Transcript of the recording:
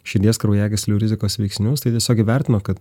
širdies kraujagyslių rizikos veiksnius tai tiesiog įvertino kad